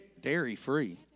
Dairy-free